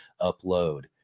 upload